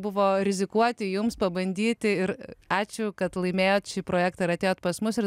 buvo rizikuoti jums pabandyti ir ačiū kad laimėjot šį projektą ir atėjot pas mus ir